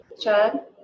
Chad